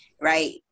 Right